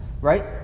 right